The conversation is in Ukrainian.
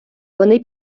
вони